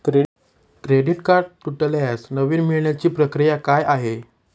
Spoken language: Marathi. क्रेडिट कार्ड तुटल्यास नवीन मिळवण्याची प्रक्रिया काय आहे?